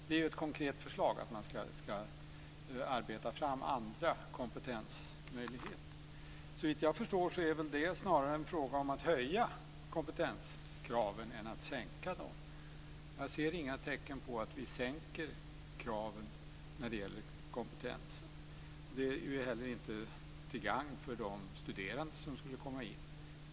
Det är ett konkret förslag att man ska arbeta fram andra komptensmöjligheter. Såvitt jag förstår är det snarare en fråga om att höja kompetenskraven än att sänka dem. Jag ser inga tecken på att vi sänker kraven på kompetens. Det är heller inte till gagn för de studerande som skulle komma in.